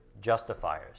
justifiers